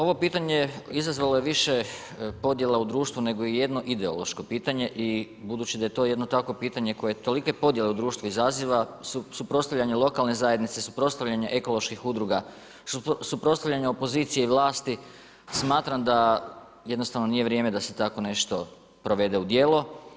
Ovo pitanje izazvalo je više podjela u društvu, nego ijedno ideološko pitanje i budući da je to jedno takvo pitanje koje tolike podjele u društvu izaziva suprotstavljanje lokalne zajednice, suprotstavljanje ekoloških udruga, suprotstavljanje opozicije i vlasti, smatram da jednostavno nije vrijeme da se tako nešto provede u djelo.